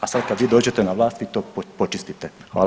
A sad kad vi dođete na vlast vi to počistite.